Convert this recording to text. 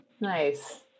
Nice